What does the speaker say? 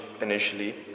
initially